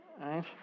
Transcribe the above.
Right